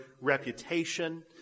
reputation